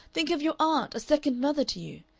think of your aunt, a second mother to you.